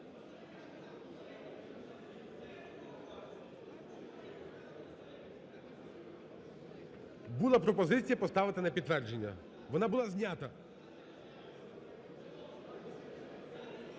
Була пропозиція поставити на підтвердження. Вона була знята.